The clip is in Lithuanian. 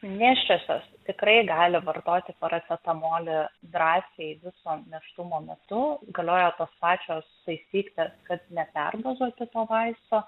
nėščiosios tikrai gali vartoti paracetamolį drąsiai viso nėštumo metu galioja tos pačios taisyklės kad neperdozuoti to vaisto